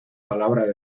palabra